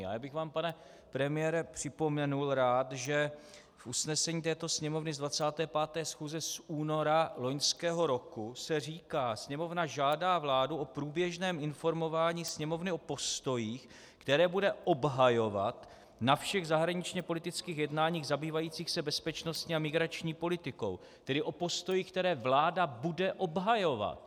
Já bych vám, pane premiére, připomenul rád, že v usnesení této Sněmovny z 25. schůze z února loňského roku se říká: Sněmovna žádá vládu o průběžné informování Sněmovny o postojích, které bude obhajovat na všech zahraničněpolitických jednáních zabývajících se bezpečnostní a migrační politikou, tedy o postojích, které vláda bude obhajovat.